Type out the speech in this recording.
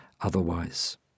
otherwise